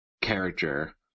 character